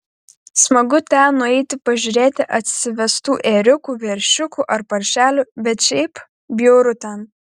smagu ten nueiti pažiūrėti atsivestų ėriukų veršiukų ar paršelių bet šiaip bjauru ten